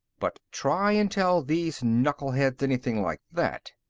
but try and tell these knuckle-heads anything like that!